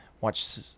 watch